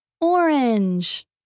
Orange